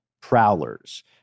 prowlers